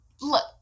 look